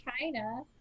China